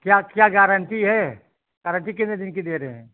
क्या क्या गारंटी है गारंटी कितने दिन की दे रहे हैं